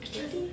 actually